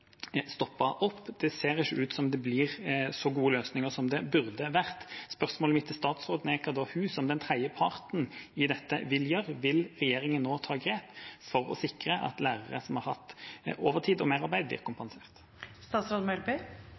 opp. Det ser ikke ut til at det blir så gode løsninger som det burde blitt. Spørsmålet mitt til statsråden er hva hun, som en tredjepart i dette, vil gjøre. Vil regjeringen nå ta grep for å sikre at lærere som har hatt overtid og